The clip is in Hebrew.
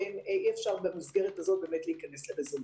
אי אפשר במסגרת הזו באמת להיכנס לרזולוציה.